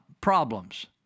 problems